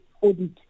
audit